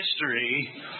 history